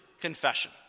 confession